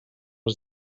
les